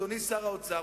אדוני שר האוצר,